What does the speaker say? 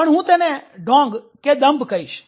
પણ હું તેને ઢોંગદંભ કહીશ